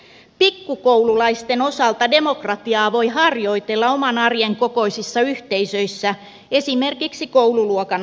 pikku koululaisten osalta demokratiaa voi harjoitella oman arjen kokoisissa yhteisöissä esimerkiksi koululuokan asioissa